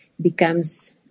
becomes